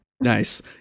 Nice